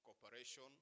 cooperation